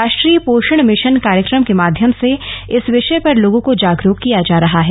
राष्ट्रीय पोषण मिशन कार्यक्रम के माध्यम से इस विषय पर लोगों को जागरूक किया जा रहा है